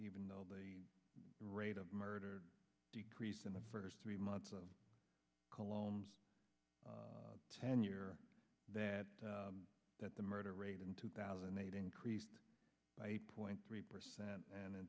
even though the rate of murder decrease in the first three months of colognes ten year that that the murder rate in two thousand and eight increased by eight point three percent and in